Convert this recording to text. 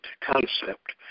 concept